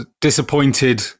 disappointed